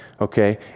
okay